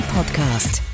Podcast